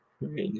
right